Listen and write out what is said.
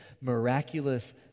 miraculous